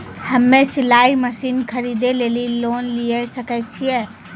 हम्मे सिलाई मसीन खरीदे लेली लोन लिये सकय छियै?